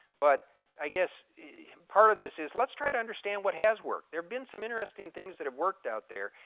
but i guess part of this is let's try to understand what has worked. there have been some interesting things that have worked out there,